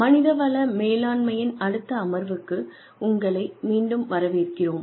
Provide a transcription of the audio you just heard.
மனிதவள மேலாண்மையின் அடுத்த அமர்வுக்கு உங்களை மீண்டும் வரவேற்கிறோம்